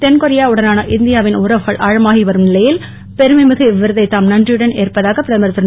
தென்கொரியா உடனான இந்தியாவின் உறவுகள் ஆழமாகி வரும் நிலையில் பெருமை மிகு இவ்விருதை தாம் நன்றியுடன் ஏற்பதாக பிரதமர் திரு